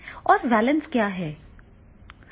और वैलेन्स क्या है